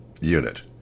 Unit